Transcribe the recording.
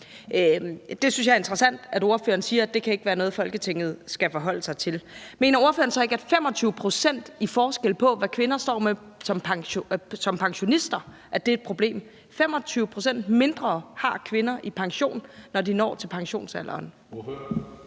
Jeg synes, det er interessant, at ordføreren siger, at det ikke kan være noget, Folketinget skal forholde sig til. Mener ordføreren så ikke, at det, at der er 25 pct. i forskel på, hvad kvinder står med som pensionister, er et problem? 25 pct. mindre i pension har kvinder, når de når til pensionsalderen.